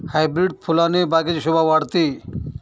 hybrid फुलाने बागेची शोभा वाढते